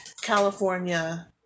california